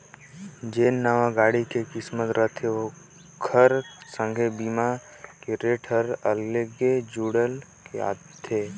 जेन नावां गाड़ी के किमत रथे ओखर संघे बीमा के रेट हर अगले जुइड़ के आथे